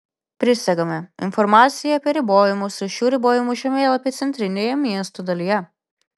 prisegame informaciją apie ribojimus ir šių ribojimų žemėlapį centrinėje miesto dalyje